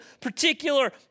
particular